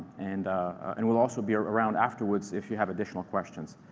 and and we'll also be around afterwards if you have additional questions.